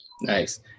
Nice